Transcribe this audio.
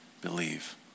believe